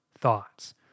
thoughts